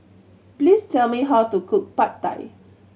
please tell me how to cook Pad Thai